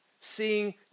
Seeing